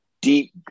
deep